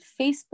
Facebook